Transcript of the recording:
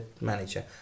manager